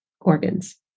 organs